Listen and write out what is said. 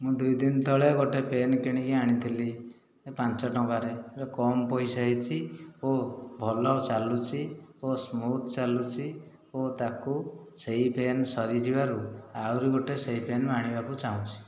ମୁଁ ଦୁଇ ଦିନ ତଳେ ଗୋଟିଏ ପେନ୍ କିଣିକି ଆଣିଥିଲି ଏଇ ପାଞ୍ଚ ଟଙ୍କାରେ କମ ପଇସା ହୋଇଛି ଓ ଭଲ ଚାଲୁଛି ଓ ସ୍ମୁଥ ଚାଲୁଛି ଓ ତାକୁ ସେହି ପେନ୍ ସରିଯିବାରୁ ଆହୁରି ଗୋଟିଏ ସେହି ପେନ୍ ରୁ ଆଣିବାକୁ ଚାହୁଁଛି